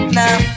now